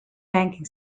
banking